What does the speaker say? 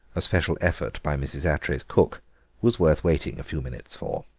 a special effort by mrs. attray's cook was worth waiting a few minutes for.